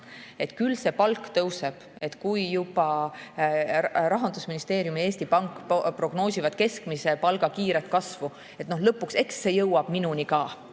– küll see palk tõuseb, kui juba Rahandusministeerium ja Eesti Pank prognoosivad keskmise palga kiiret kasvu, siis lõpuks eks see jõuab minuni ka.